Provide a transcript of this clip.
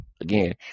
Again